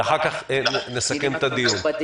ואחר כך נסכם את הדיון.